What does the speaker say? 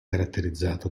caratterizzato